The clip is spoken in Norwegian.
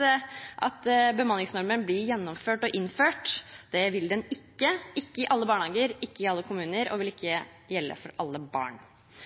at bemanningsnormen blir innført og gjennomført. Det vil den ikke – ikke i alle barnehager, ikke i alle kommuner, og den vil ikke gjelde for alle barn.